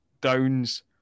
downs